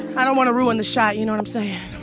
i don't want to ruin this shot. you know what i'm saying?